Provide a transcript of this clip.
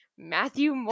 Matthew